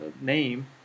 name